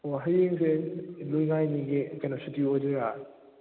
ꯍꯣꯏ ꯍꯌꯦꯡꯁꯦ ꯂꯨꯏ ꯉꯥꯏꯅꯤꯒꯤ ꯁꯨꯇꯤ ꯑꯣꯏꯗꯣꯏꯔꯥ